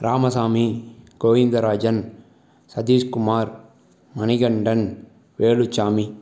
Ramasamy Govindarajan Sathishkumar Manikandan Veluchamy